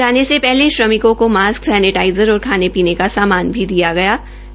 जाने वाले श्रमिकों को मास्क सब्रेटाइज़र और खाने पीने का सामान भी दिया गया है